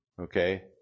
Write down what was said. Okay